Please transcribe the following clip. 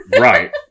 Right